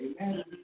Amen